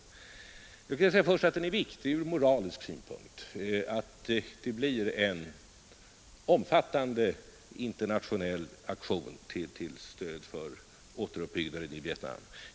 Låt mig säga att det är viktigt ur moralisk synpunkt att det blir en omfattande internationell aktion till stöd för återuppbyggnaden i Vietnam.